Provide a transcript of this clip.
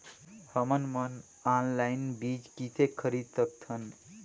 हमन मन ऑनलाइन बीज किसे खरीद सकथन?